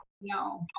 No